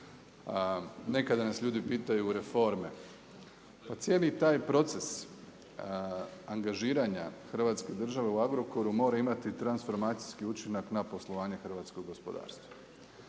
Nekada nas ljudi pitaju reforme, pa cijeli taj proces angažiranja Hrvatske države u Agrokoru mora imati transformacijski učinak na poslovanje hrvatskog gospodarstva.